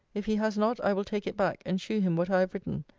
if he has not, i will take it back, and shew him what i have written.